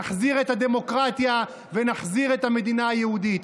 נחזיר את הדמוקרטיה ונחזיר את המדינה היהודית,